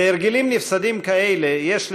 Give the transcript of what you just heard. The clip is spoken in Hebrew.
להרגלים נפסדים כאלה יש,